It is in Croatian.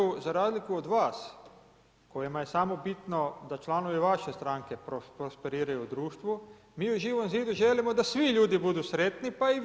Za razliku, za razliku od vas kojima je samo bitno da članovi vaše stranke prosperiraju u društvu, mi u Živom zidu želimo da svi ljudi budu sretni pa i vi.